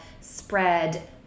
spread